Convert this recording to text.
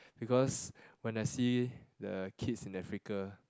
because when I see the kids in Africa